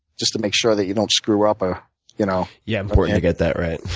just to make sure that you don't screw up. ah you know yeah, important to get that right.